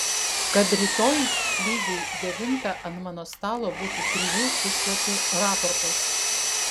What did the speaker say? kad rytoj lygiai devintą ant mano stalo būtų trijų puslapių raportas